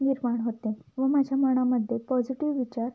निर्माण होते व माझ्या मनामध्ये पॉझिटिव्ह विचार